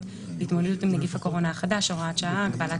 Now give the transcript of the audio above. להתמודדות עם נגיף הקורונה החדש (הוראת שעה)(הגבלת